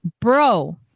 bro